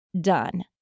done